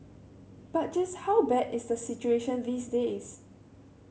but just how bad is the situation these days